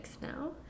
now